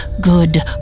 good